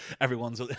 everyone's